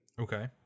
Okay